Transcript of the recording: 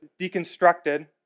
deconstructed